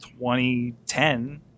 2010